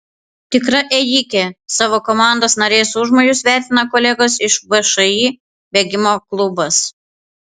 tikra ėjikė savo komandos narės užmojus vertina kolegos iš všį bėgimo klubas